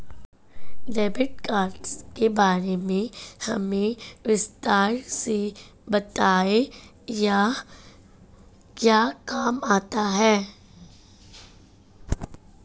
Debit card के बारे में हमें विस्तार से बताएं यह क्या काम आता है?